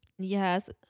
yes